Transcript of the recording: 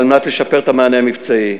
כדי לשפר את המענה המבצעי.